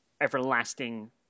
everlasting